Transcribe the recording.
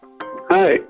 Hi